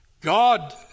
God